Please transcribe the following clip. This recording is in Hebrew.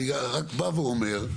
אני רק בא ואומר,